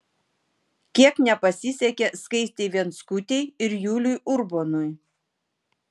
kiek nepasisekė skaistei venckutei ir juliui urbonui